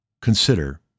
consider